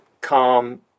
calm